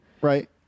Right